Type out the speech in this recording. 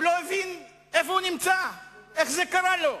הוא לא הבין איפה הוא נמצא, איך זה קרה לו.